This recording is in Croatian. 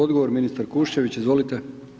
Odgovor ministar Kuščević, izvolite.